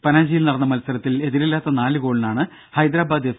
പനജിയിൽ നടന്ന മത്സരത്തിൽ എതിരില്ലാത്ത നാല് ഗോളിനാണ് ഹൈദരാബാദ് എഫ്